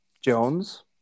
Jones